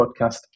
podcast